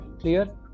Clear